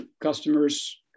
customers